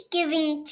Giving